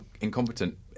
incompetent